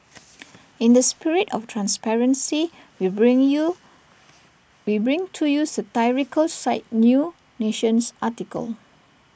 in the spirit of transparency we bring you we bring to use site new nation's article